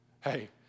Hey